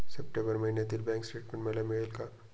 September महिन्यातील bank statement मला मिळेल का?